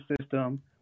system